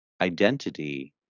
identity